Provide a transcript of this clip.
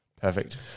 Perfect